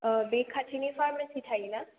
औ बे खाथिनि फारमासि थायोना